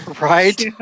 Right